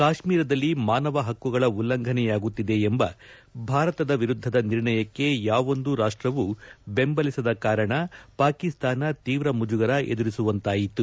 ಕಾಶ್ಮೀರದಲ್ಲಿ ಮಾನವ ಹಕ್ಕುಗಳ ಉಲ್ಲಂಘನೆಯಾಗುತ್ತಿದೆ ಎಂಬ ಭಾರತದ ವಿರುದ್ದದ ನಿರ್ಣಯಕ್ಕೆ ಯಾವೊಂದೂ ರಾಷ್ಟವೂ ಬೆಂಬಲಿಸದ ಕಾರಣ ಪಾಕಿಸ್ತಾನ ತೀವ್ರ ಮುಜುಗರ ಎದುರಿಸುವಂತಾಯಿತು